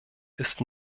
ist